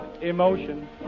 emotion